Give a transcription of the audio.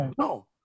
no